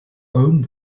own